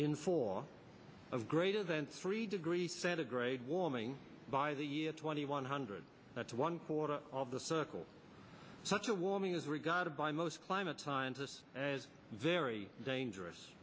in four of great events three degrees centigrade warming by the year twenty one hundred to one quarter of the circle such a warming is regarded by most climate scientists as very dangerous